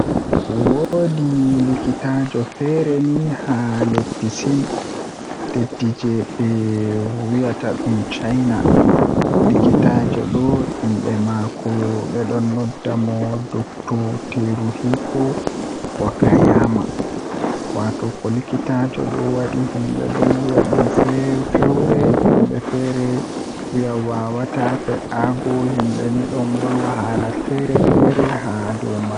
woodi likitaajo feere ni haa leddi sin leedi jei be wiyata dum china, likitaajo do innde maako be don nodda mo dokto Teruhiiko wakayaama, wato ko likitaajo do wadi himbe don wiya dum fewre himbe feere wiya wawata fe'ago himbe ni don wolwa haala feere-feere haadow man.